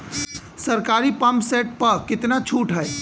सरकारी pump set प कितना छूट हैं?